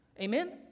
Amen